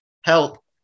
Help